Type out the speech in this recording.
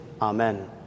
Amen